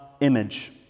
image